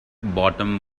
bottom